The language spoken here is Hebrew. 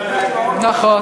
רבותי חברי הכנסת,